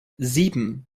sieben